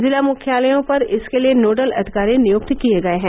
जिला मुख्यालयों पर इसके लिए नोडल अधिकारी नियुक्त किए गए हैं